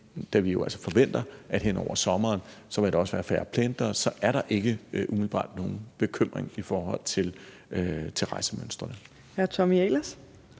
altså forventer, at der hen over sommeren også vil være færre pendlere, er der altså ikke umiddelbart nogen bekymring i forhold til rejsemønstrene.